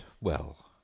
well